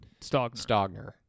Stogner